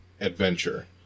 adventure